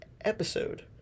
episode